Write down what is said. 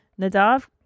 Nadav